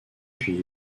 puis